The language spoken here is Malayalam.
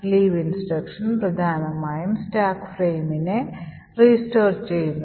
leave ഇൻസ്ട്രക്ഷൻ പ്രധാനമായും സ്റ്റാക്ക് ഫ്രെയിമിനെ പുനസ്ഥാപിക്കുന്നു